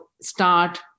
start